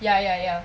ya ya ya